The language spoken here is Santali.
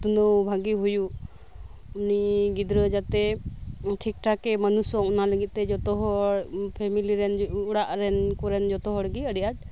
ᱩᱛᱱᱟᱹᱣ ᱵᱷᱟᱜᱮ ᱦᱳᱳᱜ ᱩᱱᱤ ᱜᱤᱫᱽᱨᱟᱹ ᱡᱟᱛᱮ ᱴᱷᱤᱠ ᱴᱷᱟᱠᱮ ᱢᱟᱱᱩᱥᱚᱜ ᱚᱱᱟ ᱞᱟᱜᱤᱫ ᱡᱚᱛᱚ ᱦᱚᱲ ᱯᱷᱮᱢᱮᱞᱤᱨᱮᱱ ᱚᱲᱟᱜ ᱨᱮᱱ ᱩᱝᱠᱩᱨᱮᱱ ᱡᱷᱚᱛᱚ ᱦᱚᱲ ᱜᱮ ᱟᱰᱤ ᱟᱸᱴ